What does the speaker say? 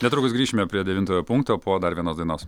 netrukus grįšime prie devintojo punkto po dar vienos dainos